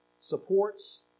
supports